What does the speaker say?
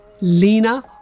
Lena